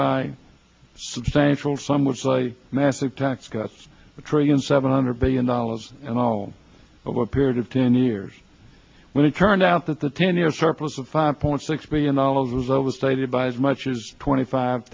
by substantial some would say massive tax cuts a trillion seven hundred billion dollars and all over a period of ten years when it turned out that the ten year surplus of five point six billion dollars was overstated by as much as twenty five